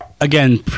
Again